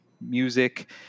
music